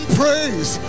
praise